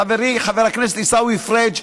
לחברי חבר הכנסת עיסאווי פריג',